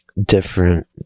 different